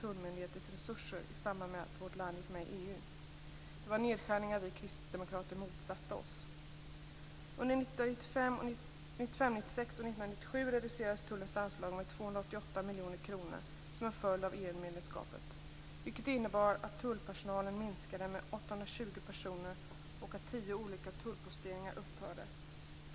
Det var nedskärningar som vi kristdemokrater motsatt oss. Under 1995/96 och 1997 reducerades tullens anslag med 288 miljoner kronor till följd av EU medlemskapet, vilket innebar att tullpersonalen minskades med 820 personer och att tio olika tullposteringar upphörde.